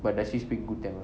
but does he speak good tamil